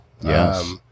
Yes